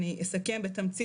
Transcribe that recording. אני אסכם בתמצית,